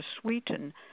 sweeten